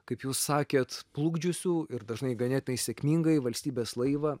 kaip jūs sakėt plukdžiusių ir dažnai ganėtinai sėkmingai valstybės laivą